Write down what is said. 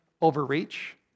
overreach